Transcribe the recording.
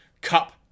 Cup